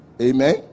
Amen